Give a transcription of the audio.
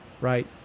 Right